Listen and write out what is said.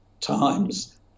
times